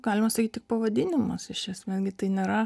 galima sakyt tik pavadinimas iš esmės gi tai nėra